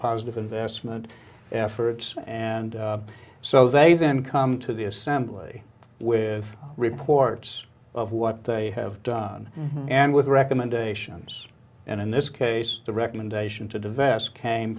positive investment efforts and so they then come to the assembly with reports of what they have done and with recommendations and in this case the recommendation to divest came